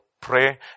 pray